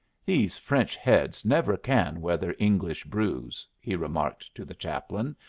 these french heads never can weather english brews, he remarked to the chaplain.